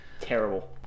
terrible